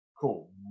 Cool